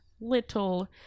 little